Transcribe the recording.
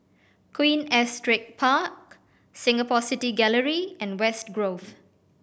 Queen Astrid Park Singapore City Gallery and West Grove